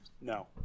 No